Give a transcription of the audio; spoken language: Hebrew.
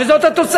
הרי זאת התוצאה,